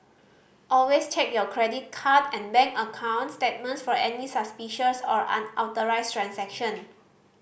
always check your credit card and bank account statements for any suspicious or unauthorised transaction